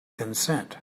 consent